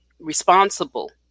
responsible